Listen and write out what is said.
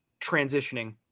transitioning